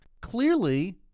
Clearly